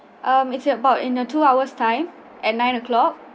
ah it is about in a two hours time at nine o'clock